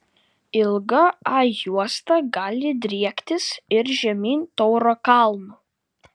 ilga a juosta gali driektis ir žemyn tauro kalnu